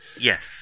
yes